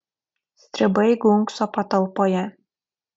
stribai gunkso patalpoje